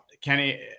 Kenny